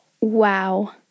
Wow